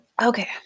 Okay